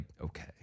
okay